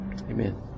amen